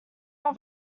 have